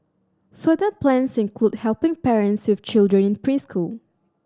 further plans include helping parents with children in preschool